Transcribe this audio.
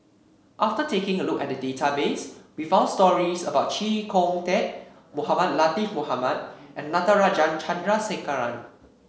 after taking a look at the database we found stories about Chee Kong Tet Mohamed Latiff Mohamed and Natarajan Chandrasekaran